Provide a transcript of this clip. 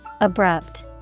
Abrupt